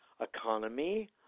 economy